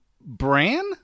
Bran